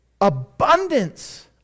abundance